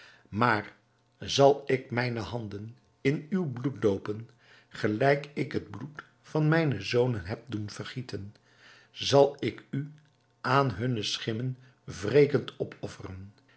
maar zal ik mijne handen in uw bloed doopen gelijk ik het bloed van mijne zonen heb doen vergieten zal ik u aan hunne schimmen wrekend opofferen